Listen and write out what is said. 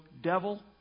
devil